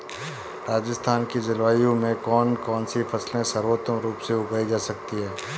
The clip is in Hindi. राजस्थान की जलवायु में कौन कौनसी फसलें सर्वोत्तम रूप से उगाई जा सकती हैं?